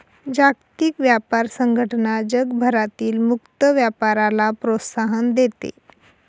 जागतिक व्यापार संघटना जगभरातील मुक्त व्यापाराला प्रोत्साहन देते